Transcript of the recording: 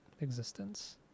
existence